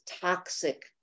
toxic